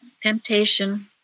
temptation